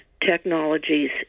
Technologies